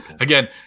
again